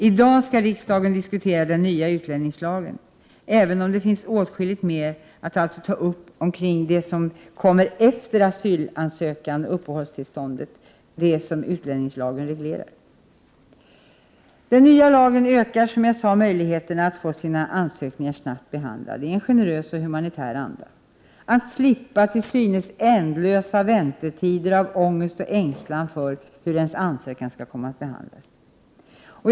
I dag skall riksdagen diskutera den nya utlänningslagen, även om det finns åtskilligt mer att säga om det.som kommer efter asylansökan och uppehållstillståndsfrågor, som utlänningslagen reglerar. Den nya lagen ökar, som jag sade, möjligheten för asylsökande att få sina ansökningar snabbt behandlade i en generös och humanitär anda och att slippa till synes ändlösa väntetider av ångest och ängslan för hur ens ansökan skall komma att behandlas.